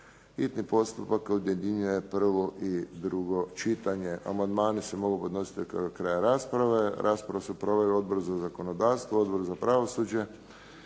hitni postupak objedinjuje prvo i drugo čitanje. Amandmani se mogu podnositi do kraja rasprave. Raspravu su proveli: Odbor za zakonodavstvo, Odbor za pravosuđe